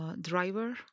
driver